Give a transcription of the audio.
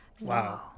Wow